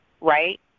Right